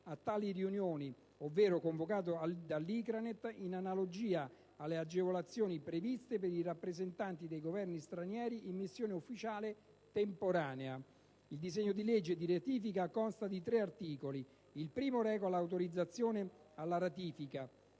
a tali riunioni, ovvero convocato dall'ICRANET, in analogia alle agevolazioni previste per i rappresentanti dei Governi stranieri in missione ufficiale temporanea. Il disegno di legge di ratifica consta di tre articoli. Il primo reca l'autorizzazione alla ratifica